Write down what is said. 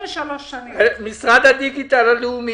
משרד הדיגיטל הלאומי